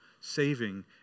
saving